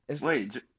Wait